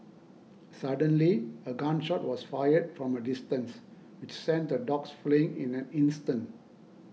suddenly a gun shot was fired from a distance which sent the dogs fleeing in an instant